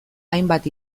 hainbat